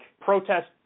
protest